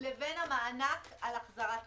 לבין המענק על החזרת עובדים.